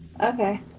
Okay